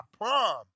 prom